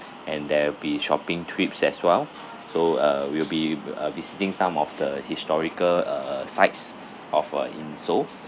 and there be shopping trips as well so uh you'll be uh visiting some of the historical uh sites of a in seoul